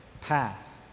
path